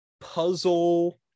puzzle